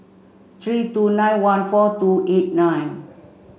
three two nine one four two eight nine